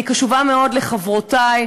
אני קשובה מאוד לחברותי,